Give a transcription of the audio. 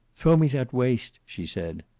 throw me that waist, she said.